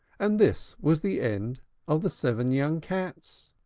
and this was the end of the seven young cats.